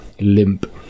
limp